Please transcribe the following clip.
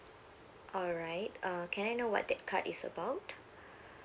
alright uh can I know what that card is about